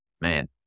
Man